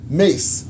mace